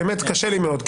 באמת קשה לי מאוד,